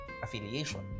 affiliation